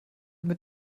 mit